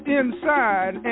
inside